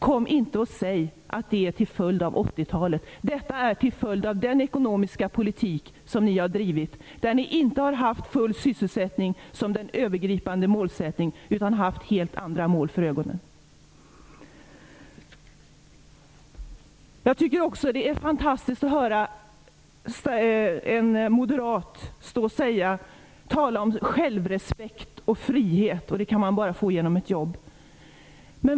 Kom inte och säg att det är till följd av 80-talets politik! Det är till följd av den ekonomiska politik som ni har drivit. Ni har inte haft full sysselsättning som den övergripande målsättningen utan haft helt andra mål för ögonen. Jag tycker också att det är fantastiskt att höra en moderat tala om självrespekt och frihet. Det kan man bara få genom ett jobb.